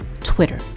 Twitter